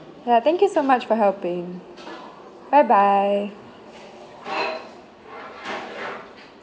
ya thank you so much for helping bye bye